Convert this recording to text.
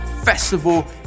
festival